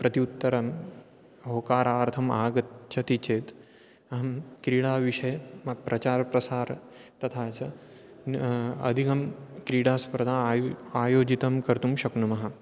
प्रति उत्तरम् अवकाशार्थम् आगच्छति चेत् अहं क्रीडाविषये मत्प्रचारप्रसारौ तथा च अधिकं क्रीडास्पर्धाम् आयु आयोजनं कर्तुं शक्नुमः